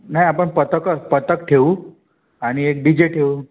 नाही आपण पथकं पथक ठेवू आणि एक डी जे ठेवू